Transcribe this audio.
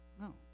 No